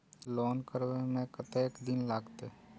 Loan करबे में कतेक दिन लागते?